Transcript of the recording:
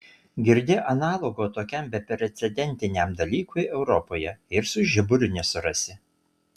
girdi analogo tokiam beprecedentiniam dalykui europoje ir su žiburiu nesurasi